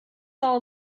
all